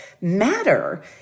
matter